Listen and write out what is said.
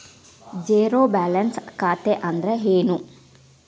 Zero balance ಖಾತೆ ಅಂದ್ರೆ ಏನು?